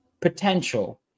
potential